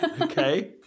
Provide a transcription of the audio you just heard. Okay